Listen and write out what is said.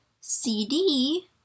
CD